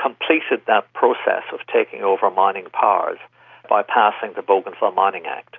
completed that process of taking over mining powers by passing the bougainville mining act.